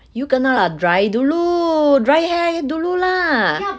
you kena lah dry dulu dry hair dulu lah